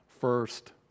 first